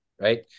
right